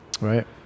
Right